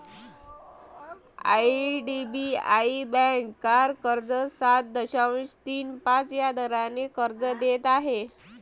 IDBI bank car कर्ज सात दशांश तीन पाच या दराने कर्ज देत आहे